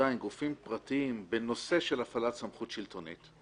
עם גופים פרטיים בנושא של הפעלת סמכות שלטונית,